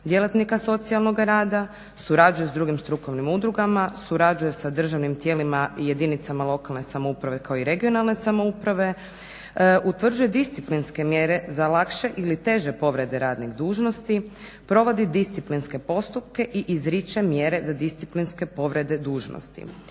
djelatnika socijalnoga rada, surađuje s drugim strukovnim udrugama, surađuje sa državnim tijelima i jedinicama lokalne samouprave kao i regionalne samouprave, utvrđuje disciplinske mjere za lakše ili teže povrede radnih dužnosti, provodi disciplinske postupke i izriče mjere za disciplinske povrede dužnosti.